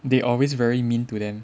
they always very mean to them